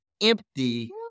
empty